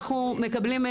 אנחנו גם שומעים את הקולות.